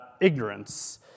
ignorance